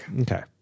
Okay